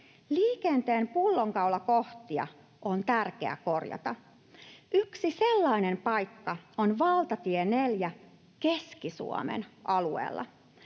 Liikenteen pullonkaulakohtia on tärkeä korjata. Yksi sellainen paikka on valtatie 4 Keski-Suomen alueella.